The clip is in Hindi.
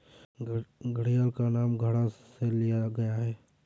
घड़ियाल का नाम घड़ा से लिया गया है